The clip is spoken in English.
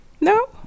no